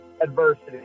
Adversity